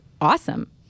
awesome